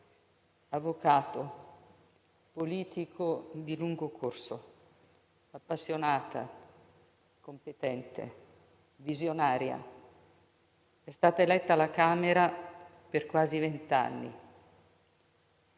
Avvocato, politico di lungo corso, appassionata, competente e visionaria, è stata eletta alla Camera dei deputati